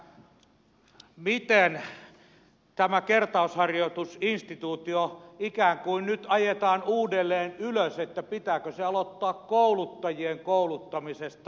miten tämä kertausharjoitusinstituutio ikään kuin nyt ajetaan uudelleen ylös pitääkö se aloittaa kouluttajien kouluttamisesta